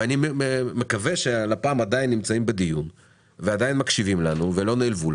ואני מקווה שלפ"ם עדיין נמצאים בדיון ועדיין מקשיבים לנו ולא נעלבו.